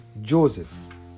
Joseph